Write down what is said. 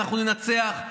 ואנחנו ננצח,